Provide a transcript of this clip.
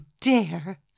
dare